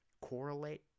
correlate